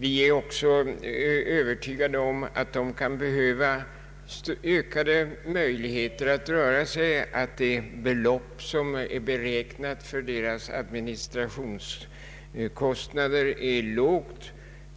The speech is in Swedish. Vi är också övertygade om att de kan behöva ökade möjligheter att röra sig med och att de belopp som är beräknade för deras administration är låga.